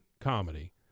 comedy